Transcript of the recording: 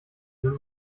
sind